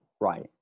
right